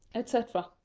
etc.